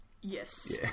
Yes